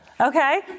Okay